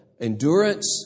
endurance